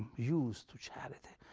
used to charity,